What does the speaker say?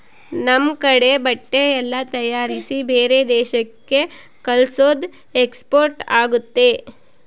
ನಮ್ ಕಡೆ ಬಟ್ಟೆ ಎಲ್ಲ ತಯಾರಿಸಿ ಬೇರೆ ದೇಶಕ್ಕೆ ಕಲ್ಸೋದು ಎಕ್ಸ್ಪೋರ್ಟ್ ಆಗುತ್ತೆ